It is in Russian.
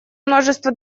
множество